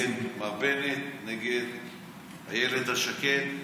נגד מר בנט, נגד הילד השקט,